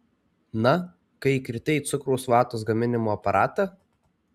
na kai įkritai į cukraus vatos gaminimo aparatą